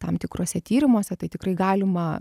tam tikruose tyrimuose tai tikrai galima